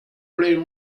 brian